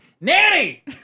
Nanny